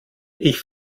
ich